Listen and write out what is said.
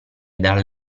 dal